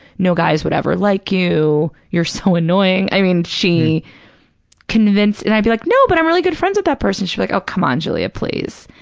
no guys would ever like you, you're so annoying. i mean, she convinc, and i'd be like, no, but i'm really good friends with that person, she'd be like, oh, come on, giulia, please.